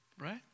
right